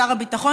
שר הביטחון,